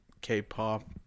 K-pop